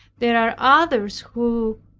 there are others who,